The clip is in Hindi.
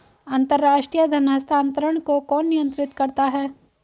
अंतर्राष्ट्रीय धन हस्तांतरण को कौन नियंत्रित करता है?